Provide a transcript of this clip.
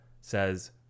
says